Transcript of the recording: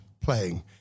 playing